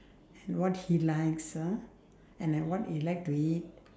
and what he likes ah and what he like to eat